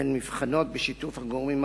והן נבחנות בשיתוף הגורמים הרלוונטיים.